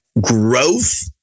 growth